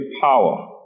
power